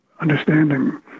understanding